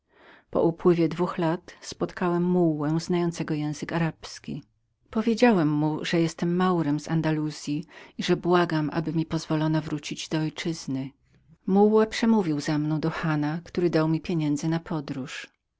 po upływie dwóch lat spotkałem mułłę znającego język arabski powiedziałem mu że byłem maurem z andaluzyi i że błagałem aby mi pozwolono wrócić do ojczyzny mułła przemówił za mną do hana który dał mi pieniędzy na podróż